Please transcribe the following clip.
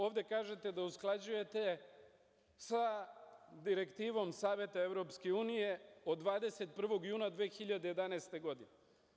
Ovde kažete da usklađujete sa direktivom Saveta EU od 21. juna 2011. godine.